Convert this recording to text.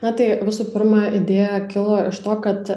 na tai visų pirma idėja kilo iš to kad